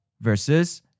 versus